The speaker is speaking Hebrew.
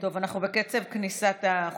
יעקב אשר, בעד.